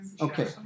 Okay